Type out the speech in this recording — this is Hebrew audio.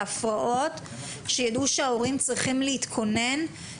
שמשרד החינוך מסתכל על תיקון חוק חינוך